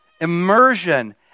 Immersion